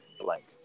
blank